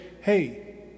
hey